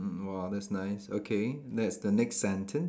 mm !wah! that's nice okay that's the next sentence